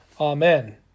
Amen